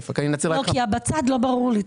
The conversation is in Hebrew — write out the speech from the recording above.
כי ה'בצד' לא ברור לי,